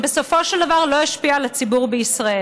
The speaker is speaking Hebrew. בסופו של דבר זה לא השפיע על הציבור בישראל,